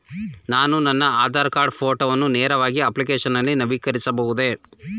ನಾನು ನನ್ನ ಆಧಾರ್ ಕಾರ್ಡ್ ಫೋಟೋವನ್ನು ನೇರವಾಗಿ ಅಪ್ಲಿಕೇಶನ್ ನಲ್ಲಿ ನವೀಕರಿಸಬಹುದೇ?